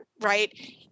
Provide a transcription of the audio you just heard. right